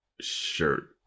shirt